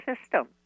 system